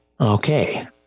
Okay